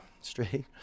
straight